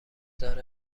داره